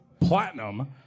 Platinum